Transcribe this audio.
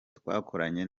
twakoranye